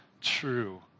true